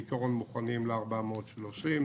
מוכנים ל-430 שקל,